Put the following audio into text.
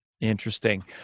Interesting